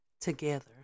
together